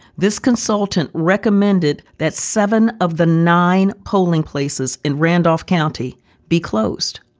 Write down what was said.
this consultant recommended that seven of the nine polling places in randolph county be closed.